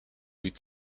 with